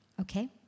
Okay